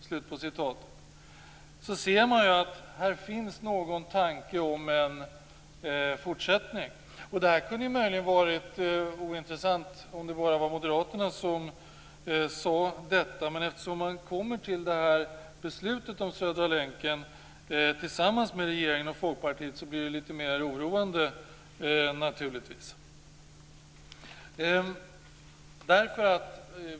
Här ser man ju att det finns en tanke på en fortsättning. Det här kunde möjligen ha varit ointressant om det bara hade varit Moderaterna som sade detta, men eftersom man har kommit till det här beslutet om Södra länken tillsammans med regeringen och Folkpartiet blir det naturligtvis litet mer oroande.